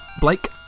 Blake